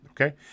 Okay